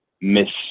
miss